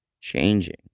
changing